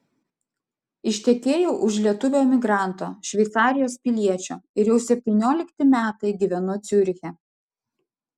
ištekėjau už lietuvio emigranto šveicarijos piliečio ir jau septyniolikti metai gyvenu ciuriche